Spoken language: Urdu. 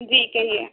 جی کہیے